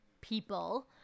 people